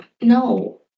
No